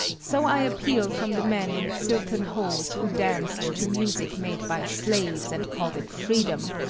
so i appeal from the men in silken hose who danced to music made by slaves and called it freedom,